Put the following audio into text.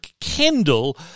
Kendall